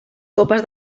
copes